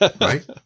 right